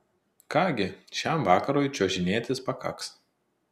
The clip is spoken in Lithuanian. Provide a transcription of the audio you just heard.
ką gi šiam vakarui čiuožinėtis pakaks